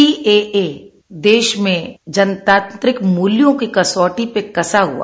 CAA देश में जनतांत्रिक मूल्यों पर कसौटी पे कसा हुआ